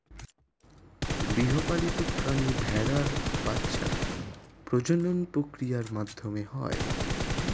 গৃহপালিত প্রাণী ভেড়ার বাচ্ছা প্রজনন প্রক্রিয়ার মাধ্যমে হয়